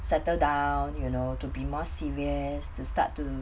settle down you know to be more serious to start to